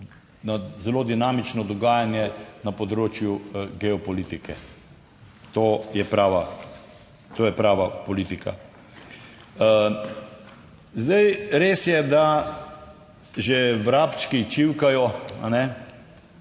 zelo dinamično dogajanje na področju geopolitike. To je prava, to je prava politika. Zdaj res je, da že vrabčki čivkajo, da je